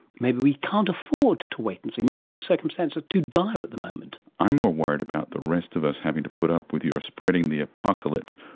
maybe we can't afford to wait and see, maybe the circumstances are too dire at the moment. i'm more worried about the rest of us having to put up with you spreading the apocalypse.